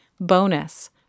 Bonus